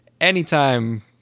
anytime